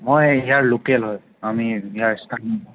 মই ইয়াৰ লোকেল হয় আমি ইয়াৰ স্থানীয়